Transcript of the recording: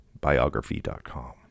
Biography.com